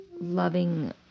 loving